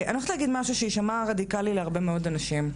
אני הולכת להגיד משהו שיישמע רדיקלי להרבה מאוד אנשים.